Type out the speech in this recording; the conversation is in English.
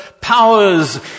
powers